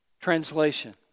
Translation